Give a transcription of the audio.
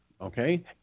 Okay